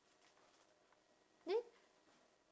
then